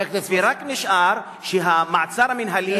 ורק נשאר שהמעצר המינהלי הוא,